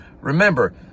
Remember